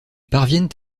parviennent